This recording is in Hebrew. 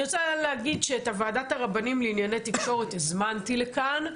אני רוצה להגיד שאת ועדת הרבנים לענייני תקשורת הזמנתי לכאן,